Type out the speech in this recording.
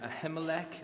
Ahimelech